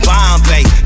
Bombay